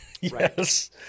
Yes